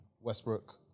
Westbrook